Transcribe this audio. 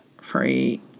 free